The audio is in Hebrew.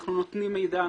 אנחנו נותנים מידע,